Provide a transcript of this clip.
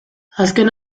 azken